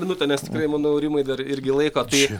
minutę nes tikrai manau rimai dar irgi laiko tai